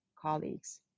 colleagues